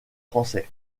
français